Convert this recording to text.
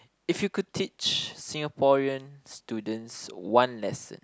if you could teach Singaporean students one lesson